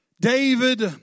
David